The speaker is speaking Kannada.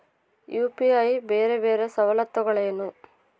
ಯು.ಪಿ.ಐ ಬೇರೆ ಬೇರೆ ಸವಲತ್ತುಗಳೇನು?